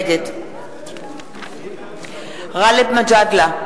נגד גאלב מג'אדלה,